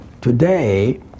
today